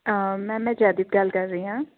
ma'am ਮੈਂ ਜੈਦੀਪ ਗੱਲ ਕਰ ਰਹੀ ਹਾਂ